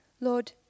Lord